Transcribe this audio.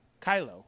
Kylo